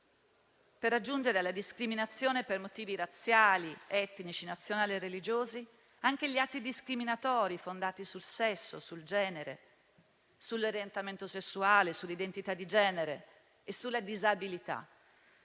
per aggiungere alla discriminazione per motivi razziali, etnici, nazionali e religiosi, anche gli atti discriminatori fondati sul sesso, sul genere, sull'orientamento sessuale, sull'identità di genere e sulla disabilità.